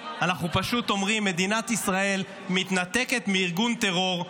אנחנו פשוט אומרים: מדינת ישראל מתנתקת מארגון טרור,